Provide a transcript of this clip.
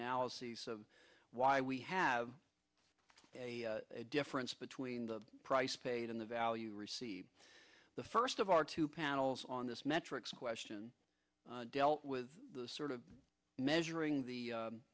analysis of why we have a difference between the price paid in the value received the first of our two panels on this metrics question dealt with the sort of measuring the